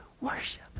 Worship